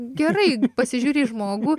gerai pasižiūri į žmogų